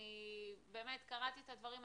אני קראתי את הדברים.